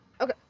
Okay